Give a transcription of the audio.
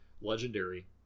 legendary